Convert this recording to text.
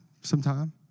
sometime